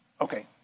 Okay